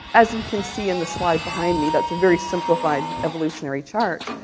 as you can see in the slide behind me, that's a very simplified evolutionary chart,